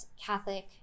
Catholic